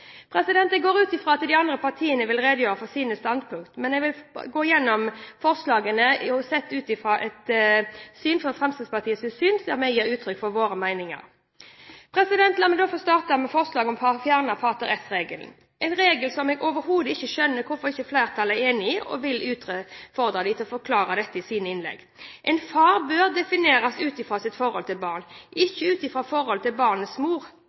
Jeg går ut fra at de andre partiene vil redegjøre for sine standpunkt, men jeg vil gå gjennom forslagene sett fra Fremskrittspartiets side og gi uttrykk for våre meninger. La meg få starte med forslaget om å fjerne pater est-regelen, en regel som jeg overhodet ikke skjønner at flertallet er uenig i, og jeg vil utfordre dem til å forklare dette i sine innlegg. En far bør defineres ut fra sitt forhold til barnet, ikke ut fra forholdet til barnets mor.